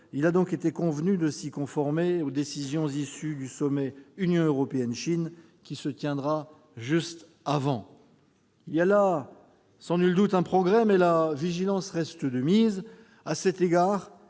il a donc été convenu de se conformer aux décisions issues du sommet Union européenne-Chine, qui se tiendra juste avant. Il y a là sans nul doute un progrès, mais la vigilance reste de mise.